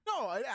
No